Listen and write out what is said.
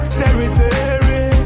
territory